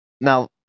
Now